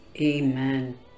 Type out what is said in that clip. Amen